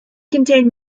contain